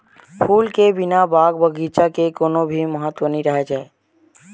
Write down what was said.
फूल के बिना बाग बगीचा के कोनो भी महत्ता नइ रहि जाए